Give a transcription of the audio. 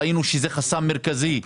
ראינו שזה חסם מרכזי.